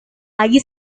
lagi